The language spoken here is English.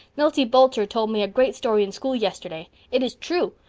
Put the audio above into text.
milty bolter told me a grate story in school yesterday. it is troo.